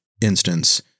instance